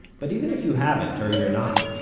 but even if you haven't, or you're not,